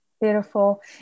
Beautiful